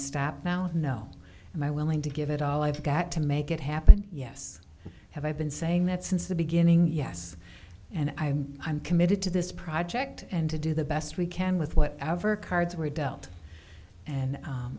stop now to know and i willing to give it all i've got to make it happen yes i have i've been saying that since the beginning yes and i'm i'm committed to this project and to do the best we can with whatever cards were dealt and